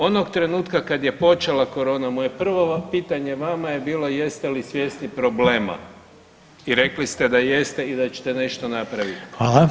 Onog trenutka kada je počela korona moje prvo pitanje vama je bilo jeste li svjesni problemi i rekli ste da jeste i da ćete nešto napraviti.